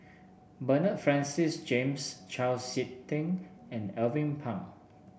Bernard Francis James Chau SiK Ting and Alvin Pang